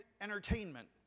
entertainment